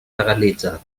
legalitzada